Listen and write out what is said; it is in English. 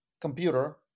computer